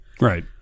Right